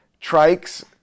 trikes